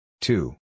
Two